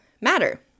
matter